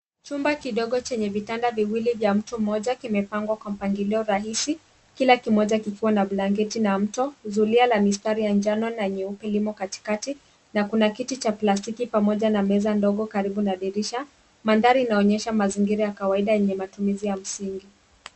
Chumba kidogo chenye vitanda viwili vya mtu mmoja kimepangwa kwa mpangilio rahisi kila kimoja kikiwa na blanketi na mto. Zulia la mistari ya njano na nyeupe limo katikati na kuna kiti cha plastiki pamoja na meza ndogo karibu na dirisha. Mandhari inaonyesha mazingira ya kawaida yenye matumizi ya msingi.